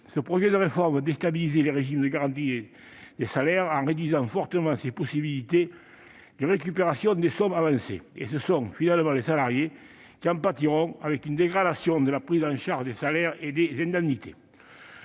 Ce projet de réforme va déstabiliser le régime de garantie des salaires en réduisant fortement ses possibilités de récupération des sommes avancées. Ce sont finalement les salariés qui en pâtiront, avec une dégradation de la prise en charge des salaires et des indemnités.